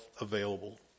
available